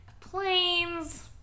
Planes